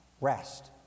rest